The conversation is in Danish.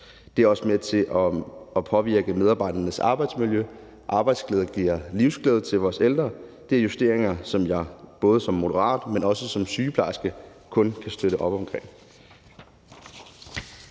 Det er også med til at påvirke medarbejdernes arbejdsmiljø. Arbejdsglæde giver livsglæde til vores ældre. Det er justeringer, som jeg både som Moderat, men også som sygeplejerske kun kan støtte op omkring.